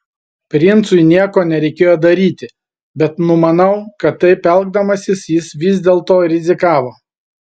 princui nieko nereikėjo daryti bet numanau kad taip elgdamasis jis vis dėlto rizikavo